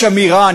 יש אמירה,